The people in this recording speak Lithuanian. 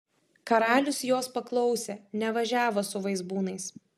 karalius jos paklausė nevažiavo su vaizbūnais